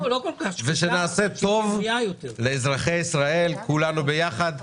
ושנעשה טוב לאזרחי ישראל כולנו יחד.